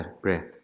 Breath